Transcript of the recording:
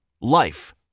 Life